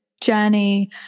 journey